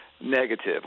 negative